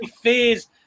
fears